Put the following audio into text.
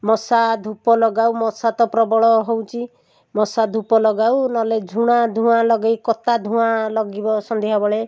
ମଶା ଧୂପ ଲଗାଉ ମଶା ତ ପ୍ରବଳ ହେଉଛି ମଶା ଧୂପ ଲଗାଉ ନହେଲେ ଝୁଣା ଧୁଆଁ ଲଗେଇ କତା ଧୁଆଁ ଲଗିବ ସନ୍ଧ୍ୟାବେଳେ